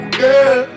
girl